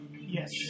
Yes